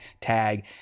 tag